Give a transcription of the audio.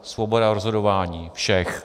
Svoboda v rozhodování všech.